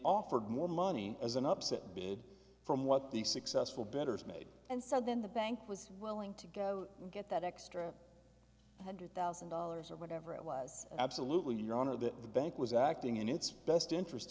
offered more money as an upset bid from what the successful bettors made and so then the bank was willing to go get that extra hundred thousand dollars or whatever it was absolutely your honor that the bank was acting in its best interest